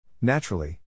Naturally